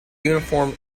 uniform